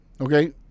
okay